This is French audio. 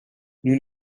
nous